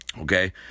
Okay